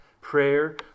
Prayer